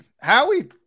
howie